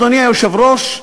אדוני היושב-ראש,